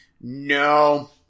no